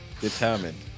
determined